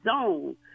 zone